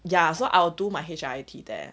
ya so I will do my H_I_I_T there